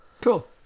cool